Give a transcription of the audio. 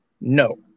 No